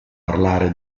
parlare